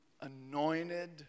anointed